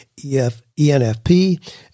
ENFP